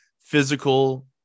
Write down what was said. physical